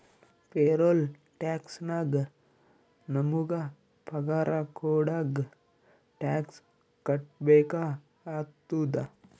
payroll tax ನಾಗ್ ನಮುಗ ಪಗಾರ ಕೊಡಾಗ್ ಟ್ಯಾಕ್ಸ್ ಕಟ್ಬೇಕ ಆತ್ತುದ